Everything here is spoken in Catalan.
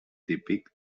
típic